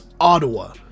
Ottawa